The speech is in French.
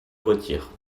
retire